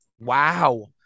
Wow